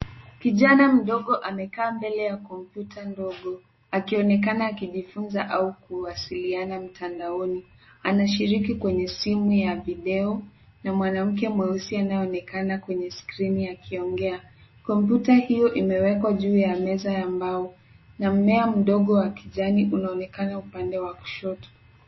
Kijana mdogo amekaa mbele ya kompyuta ndogo, akionekana akijifunza au kuwasiliana mtandaoni. Anashiriki kwenye simu ya videyo, na mwanamke mweusi anayeonekana kwenye skrini akiongea. Kompyuta hiyo imewekwa juu ya meza ya mbao, na mmea mdogo wa kijani unaonekana upande wa kushoto.